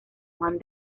juan